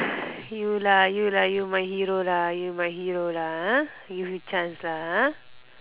you lah you lah you my hero lah you my hero lah ah give you chance lah ah